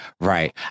Right